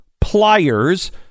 pliers